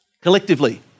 Collectively